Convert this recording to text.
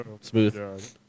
Smooth